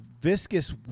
viscous